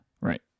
right